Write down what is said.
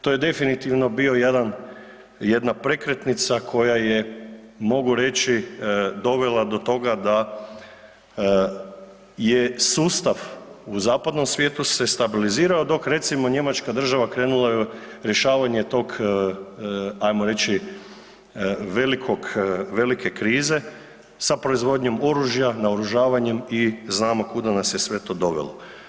To je definitivno bila jedna prekretnica koja je mogu reći dovela do toga da je sustav u zapadnom svijetu stabilizirao, dok recimo Njemačka država krenula je u rješavanje tog ajmo reći velike krize sa proizvodnjom oružja, naoružavanjem i znamo kuda nas je sve to dovelo.